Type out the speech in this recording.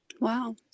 wow